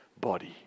body